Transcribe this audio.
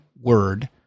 word